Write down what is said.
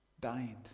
died